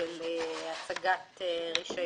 מה שטוב אצלכם זה שאתם לא מאבדים את חוש ההומור.